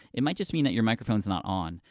it might just mean that you're microphone's not on.